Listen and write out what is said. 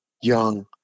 young